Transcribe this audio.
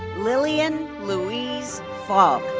liliann louise faulk.